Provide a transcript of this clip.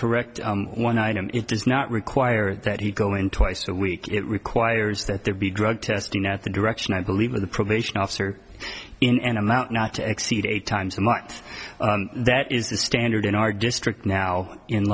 correct one item it does not require that he go in twice a week it requires that there be drug testing at the direction i believe in the probation officer in an amount not to exceed eight times a month that is the standard in our district now in